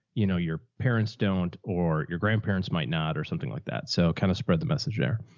you know, your parents don't, or your grandparents might not, or something like that. so kind of spread the message there.